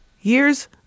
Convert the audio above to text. Years